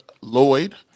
Lloyd